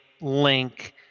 link